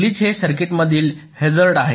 glitch हे सर्किटमधील hazard आहे